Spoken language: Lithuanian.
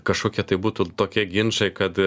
kažkokia tai būtų tokie ginčai kad